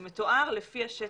זה מתואר לפי השטח.